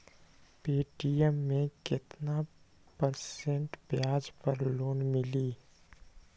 Paytm मे केतना percent ब्याज पर लोन मिली?